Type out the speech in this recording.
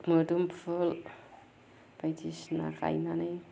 मोदोमफुल बायदिसिना गायनानै